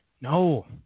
No